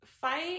fight